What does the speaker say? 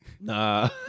Nah